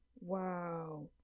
wow